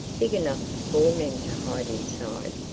big enough for four men to hide inside.